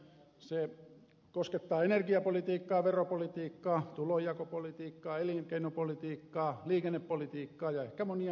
se koskettaa energiapolitiikkaa veropolitiikkaa tulonjakopolitiikkaa elinkeinopolitiikkaa liikennepolitiikkaa ja ehkä monia muitakin